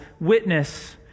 witness